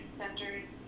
centers